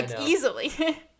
easily